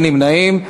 אין נמנעים.